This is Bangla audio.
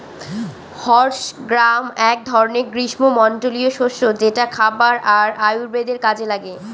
হর্স গ্রাম এক ধরনের গ্রীস্মমন্ডলীয় শস্য যেটা খাবার আর আয়ুর্বেদের কাজে লাগে